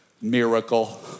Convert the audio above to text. miracle